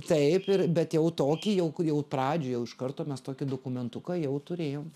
taip ir bet jau tokį jau kur jau pradžioj jau iš karto mes tokį dokumentuką jau turėjom